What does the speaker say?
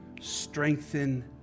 strengthen